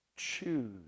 choose